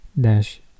dash